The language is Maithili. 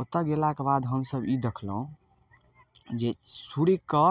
ओतऽ गेलाके बाद हमसब ई देखलहुँ जे सूर्यके